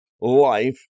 life